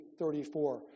34